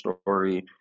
story